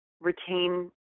retain